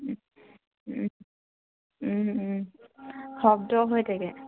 ও ও ওম ওম শব্দ হৈ থাকে